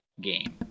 game